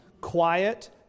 quiet